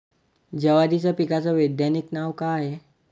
जवारीच्या पिकाचं वैधानिक नाव का हाये?